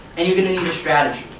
and you are going to need a strategy.